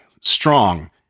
strong